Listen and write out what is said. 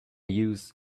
use